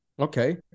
Okay